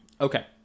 Okay